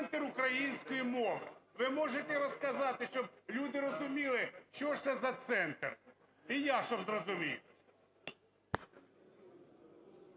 – центр української мови? Ви можете розказати, щоб люди розуміли, що ж це за центр, і я щоб зрозумів?